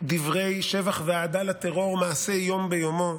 דברי שבח ואהדה לטרור מעשה של יום ביומו.